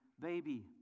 baby